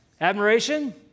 Admiration